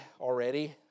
already